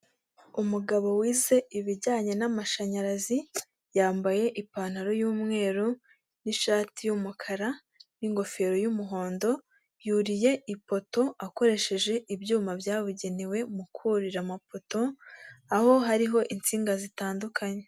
Umugabo wize ibijyanye n'amashanyarazi, yambaye ipantaro y'umweru n'ishati y'umukara n'ingofero y'umuhondo, yuriye ipoto akoresheje ibyuma byabugenewe mu kurira amapoto, aho hariho insinga zitandukanye.